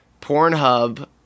Pornhub